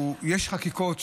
יש חקיקות,